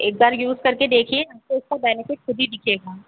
एक बार यूज़ करके देखिए आपको इसका बेनेफ़िट खुद ही दिखेगा